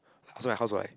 so my house were like